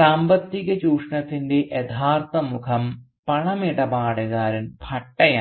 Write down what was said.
സാമ്പത്തിക ചൂഷണത്തിൻറെ യഥാർത്ഥ മുഖം പണമിടപാടുകാരൻ ഭട്ടയാണ്